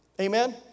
Amen